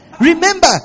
remember